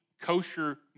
kosher